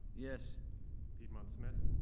yes piedmon smith.